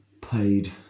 paid